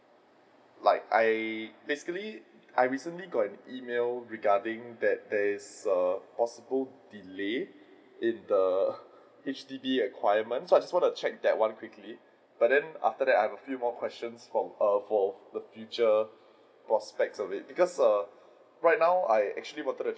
like I basically I recently got an email regarding that there is a possible delay in the H_D_B acquirement so I just want to check that one quickly but then after that I have a few more questions from err for the future prospects of it because err right now I actually wanted to